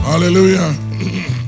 Hallelujah